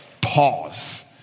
pause